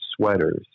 sweaters